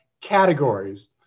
categories